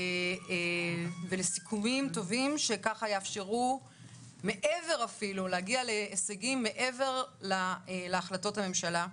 ולסיכומים טובים שיאפשרו להגיע להישגים ואפילו מעבר להחלטות הממשלה.